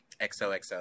xoxo